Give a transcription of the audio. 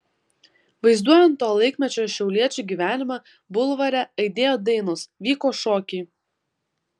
vaizduojant to laikmečio šiauliečių gyvenimą bulvare aidėjo dainos vyko šokiai